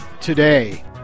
today